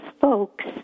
folks